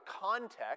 context